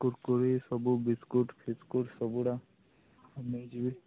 କୁରକୁରି ସବୁ ବିସ୍କୁଟ୍ ଫିସ୍କୁଟ୍ ସବୁଡ଼ା ନେଇଯିବେ